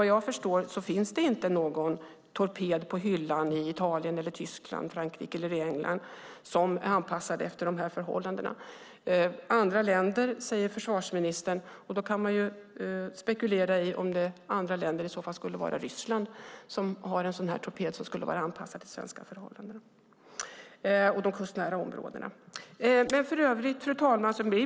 Vad jag förstår finns det inte någon torped på hyllan i Italien, Tyskland, Frankrike eller England som är anpassad efter dessa förhållanden. Försvarsministern talar om andra länder, och då kan man spekulera i om det i så fall skulle vara Ryssland som har en torped som är anpassad efter de svenska förhållandena och de kustnära områdena. Fru talman!